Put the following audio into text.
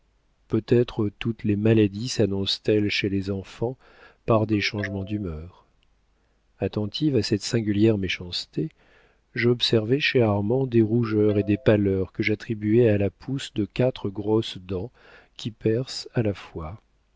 peut-être toutes les maladies sannoncent elles chez les enfants par des changements d'humeur attentive à cette singulière méchanceté j'observais chez armand des rougeurs et des pâleurs que j'attribuais à la pousse de quatre grosses dents qui percent à la fois